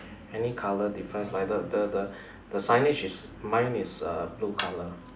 any colour difference like the the the the signage is mine is uh blue colour